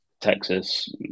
Texas